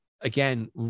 again